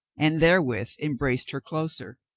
and therewith embraced her closer.